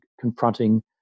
confronting